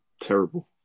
terrible